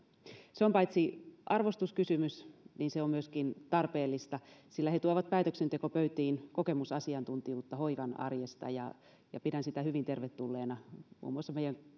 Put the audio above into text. se on paitsi arvostuskysymys myöskin tarpeellista sillä he tuovat päätöksentekopöytiin kokemusasiantuntijuutta hoivan arjesta ja ja pidän sitä hyvin tervetulleena muun muassa meidän